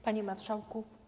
Panie Marszałku!